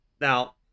now